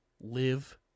live